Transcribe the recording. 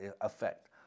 effect